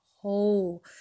whole